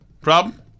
Problem